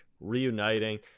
reuniting